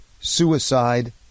suicide